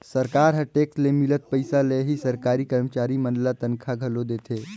सरकार ह टेक्स ले मिलल पइसा ले ही सरकारी करमचारी मन ल तनखा घलो देथे